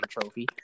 trophy